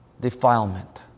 defilement